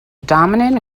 dominant